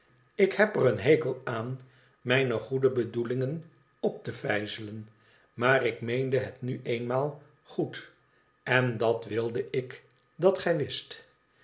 ik heb er een hekel aan mijne goede bedoelingen op te vijzelen maar ik meende het nu eenmaal goed en dat wilde ik dat gij wist